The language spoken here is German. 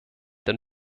den